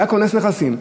היה כונס נכסים,